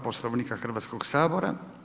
Poslovnika Hrvatskoga sabora.